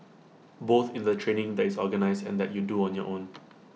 both in the training that is organised and that you do on your own